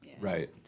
Right